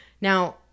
Now